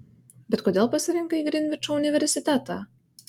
bet kodėl pasirinkai grinvičo universitetą